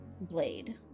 blade